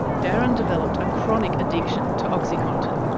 darren developed a chronic addiction to oxycontin.